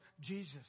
Jesus